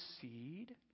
seed